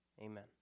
Amen